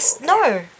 no